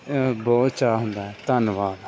ਬਹੁਤ ਚਾਅ ਹੁੰਦਾ ਹੈ ਧੰਨਵਾਦ